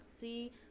see